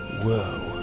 whoa